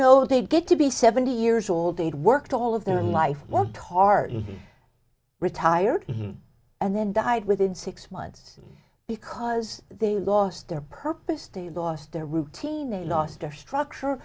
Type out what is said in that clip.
know they get to be seventy years old and worked all of their life won't hardly retired and then died within six months because they lost their purpose they lost their routine they lost their structure